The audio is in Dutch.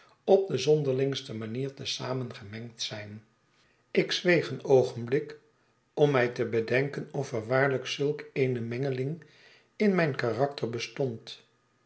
op de zonderlingste manier te zamen gemengd zijn groote verwachtingen ik zweeg een oogenblik ora mij te bedenken of er waarlijk zulk eene mengelingin mijn karakter bestond